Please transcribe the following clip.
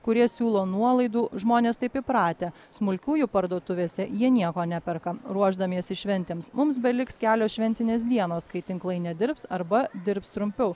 kurie siūlo nuolaidų žmonės taip įpratę smulkiųjų parduotuvėse jie nieko neperka ruošdamiesi šventėms mums beliks kelios šventinės dienos kai tinklai nedirbs arba dirbs trumpiau